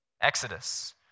exodus